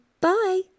Bye